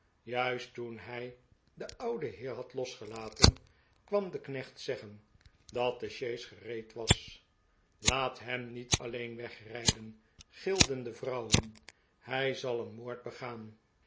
juist toen hij den ouden heer had losgelaten kwam de knecht zeggen dat de sjees gereed was laat hem niet alleen wegrijden gilden de vrouwen hij zal een moord begaan